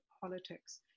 politics